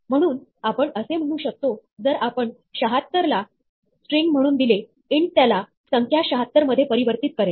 म्हणून आपण असे म्हणू शकतो जर आपण "76" त्याला स्ट्रिंग म्हणून दिले इंट त्याला संख्या 76 मध्ये परिवर्तित करेल